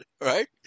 right